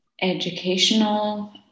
educational